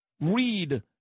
Read